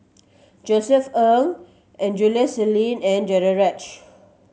Josef Ng Angelo Sanelli and Danaraj